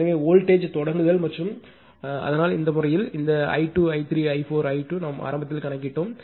எனவே வோல்டேஜ்தொடங்குதல் மற்றும் அதனால் இந்த முறையில் இந்த i2 i3 i4 i2 நாம் ஆரம்பத்தில் கணக்கிட்டோம்